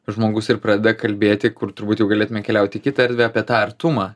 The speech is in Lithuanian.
žmogus ir pradeda kalbėti kur turbūt jau galėtume keliauti į kitą erdvę apie tą artumą